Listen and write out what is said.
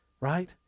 right